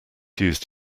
used